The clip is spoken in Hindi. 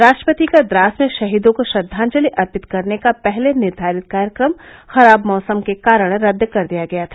राष्ट्रपति का द्रास में शहीदों को श्रद्वांजलि अर्पित करने का पहले निर्धारित कार्यक्रम खराब मौसम के कारण रद्द कर दिया गया था